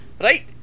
Right